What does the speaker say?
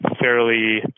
fairly